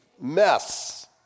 mess